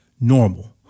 normal